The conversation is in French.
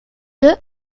deux